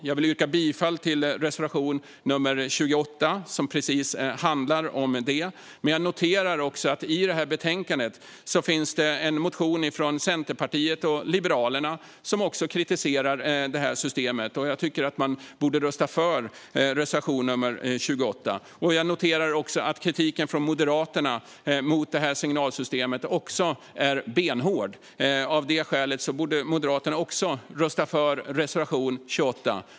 Jag vill yrka bifall till reservation nr 28, som handlar om precis detta. I betänkandet finns det en motion från Centerpartiet och Liberalerna som också kritiserar det här systemet. Jag tycker att man borde rösta för reservation nr 28. Jag noterar också att kritiken från Moderaterna mot signalsystemet är benhård. Av det skälet borde även Moderaterna rösta för reservation 28.